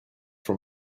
from